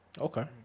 Okay